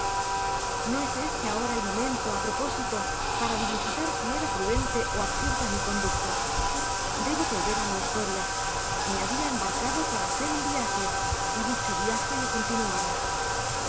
no es este ahora el momento á propósito para dilucidar si era prudente ó absurda mi conducta debo volver á mi historia me habia embarcado para hacer un viaje y dicho viaje lo continuaba